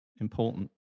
important